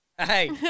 hey